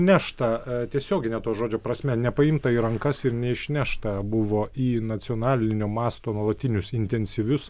nešta e tiesiogine to žodžio prasme nepaimta į rankas ir neišnešta buvo į nacionalinio masto nuolatinius intensyvius